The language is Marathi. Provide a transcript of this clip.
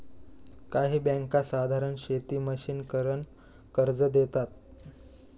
काही बँका साधारण शेती मशिनीकरन कर्ज देतात